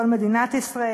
כל מדינת ישראל.